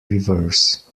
reverse